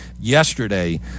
yesterday